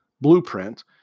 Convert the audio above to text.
blueprint